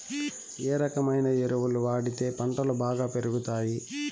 ఏ రకమైన ఎరువులు వాడితే పంటలు బాగా పెరుగుతాయి?